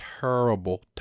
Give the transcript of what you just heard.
terrible